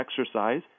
exercise